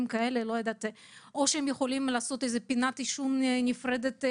כאלה או שהם יכולים לעשות פינת עישון נפרדת.